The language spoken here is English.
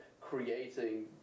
creating